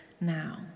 now